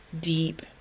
deep